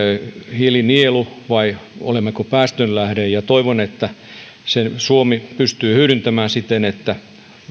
hiilinielu vai olemmeko päästön lähde toivon että sen suomi pystyy hyödyntämään siten että